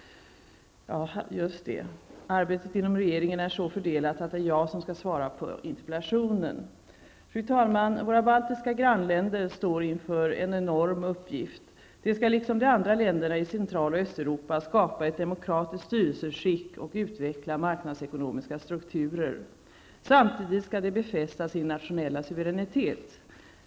Arbetet inom regeringen är så fördelat att det är jag som skall svara på interpellationen, eftersom Centraloch Östeuropafrågor kommer att ligga under min domvärjo inom departementet. Fru talman! Våra baltiska grannländer står inför en enorm uppgift. De skall liksom de andra länderna i Central och Östeuropa skapa ett demokratiskt styrelseskick och utveckla marknadsekonomiska strukturer. Samtidigt skall de befästa sin nationella suveränitet.